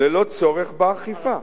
אכיפה, ללא צורך באכיפה.